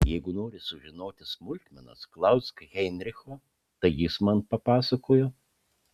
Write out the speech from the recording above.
jeigu nori sužinoti smulkmenas klausk heinricho tai jis man papasakojo